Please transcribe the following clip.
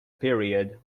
period